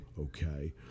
okay